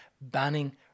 banning